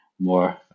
more